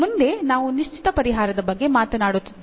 ಮುಂದೆ ನಾವು ನಿಶ್ಚಿತ ಪರಿಹಾರದ ಬಗ್ಗೆ ಮಾತನಾಡುತ್ತಿದ್ದೇವೆ